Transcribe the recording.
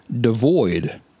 devoid